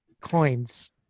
coins